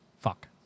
Fuck